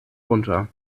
runter